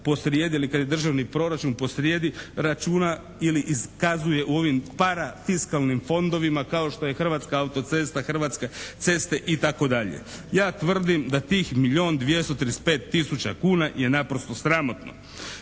ili kad je državni proračun posrijedi računa ili iskazuje u ovim parafiskalnim fondovima kao što je Hrvatska auto-cesta, Hrvatske ceste itd. Ja tvrdim da tih milijun 235 tisuća kuna je naprosto sramotno.